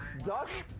duck?